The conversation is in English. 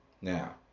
Now